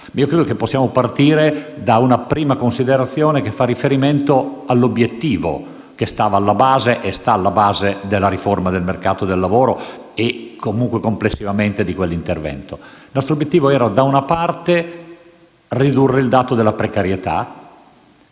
riflettere. Possiamo partire da una prima considerazione facente riferimento all'obiettivo che stava, e sta, alla base della riforma del mercato del lavoro e, comunque, complessivamente di quell'intervento. Il nostro obiettivo era, anzitutto, ridurre il dato della precarietà